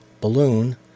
Balloon